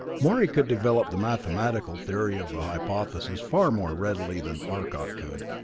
morey could develop the mathematical theory of a hypothesis far more readily than arcot could.